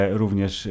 również